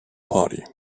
party